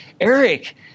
Eric